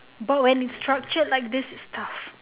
but when is structured like this is tough